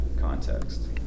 context